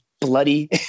bloody